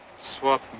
Swap